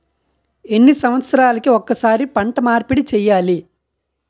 ఎన్ని సంవత్సరాలకి ఒక్కసారి పంట మార్పిడి చేయాలి?